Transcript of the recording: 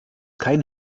kein